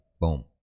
Boom